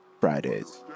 Fridays